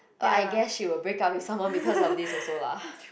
but I guess she will break up with someone because of this also lah